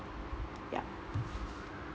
yup